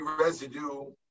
residue